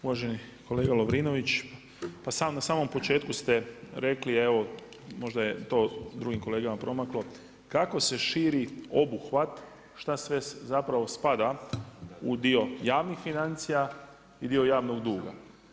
Uvaženi kolega Lovrinović, pa na samom početku ste rekli evo, možda je to drugim kolegama promaklo, kako se širi obuhvat, šta sve zapravo spada u dio javnih financija i dio javnog duga.